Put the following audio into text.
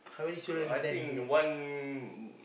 I think one